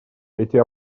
эти